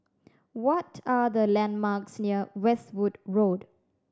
what are the landmarks near Westwood Road